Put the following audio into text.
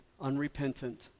unrepentant